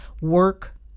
Work